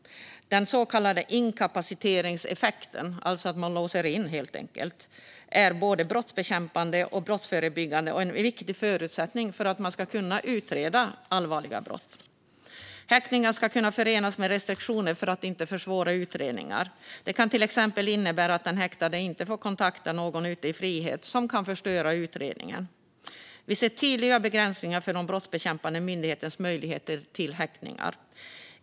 Den så kallade inkapaciteringseffekten - att helt enkelt låsa in - är både brottsbekämpande och brottsförebyggande, och den är en viktig förutsättning för att kunna utreda allvarliga brott. Häktningar ska kunna förenas med restriktioner för att inte försvåra utredningar. Det kan till exempel innebära att den häktade inte får kontakta någon ute i frihet som kan förstöra polisutredningen. Vi ser tydliga begränsningar för de brottsbekämpande myndigheternas möjligheter till häktningar.